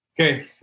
Okay